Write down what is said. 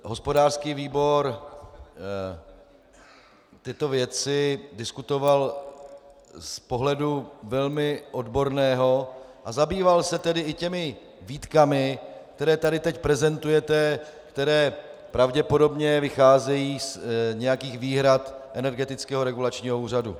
Hospodářský výbor tyto věci diskutoval z pohledu velmi odborného, a zabýval se tedy i těmi výtkami, které tady teď prezentujete, které pravděpodobně vycházejí z nějakých výhrad Energetického regulačního úřadu.